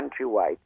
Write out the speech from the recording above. countrywide